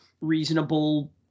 reasonable